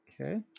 Okay